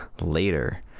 later